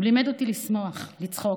הוא לימד אותי לשמוח, לצחוק,